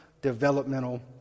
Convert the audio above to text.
Developmental